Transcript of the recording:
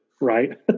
right